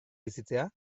bizitzea